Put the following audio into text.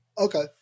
Okay